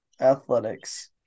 Athletics